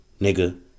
Nigga